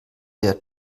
der